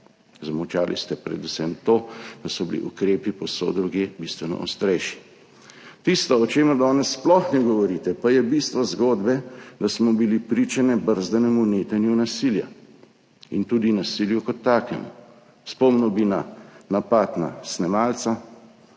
Zamolčali ste predvsem to, da so bili ukrepi povsod drugod bistveno ostrejši. Tisto, o čemer danes sploh ne govorite, pa je bistvo zgodbe, je, da smo bili priče nebrzdanemu netenju nasilja in tudi nasilju kot takemu. Spomnil bi na napad na snemalca,